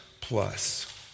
plus